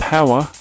Power